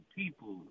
people